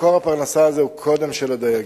מקור הפרנסה הזה הוא של הדייגים.